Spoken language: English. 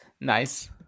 Nice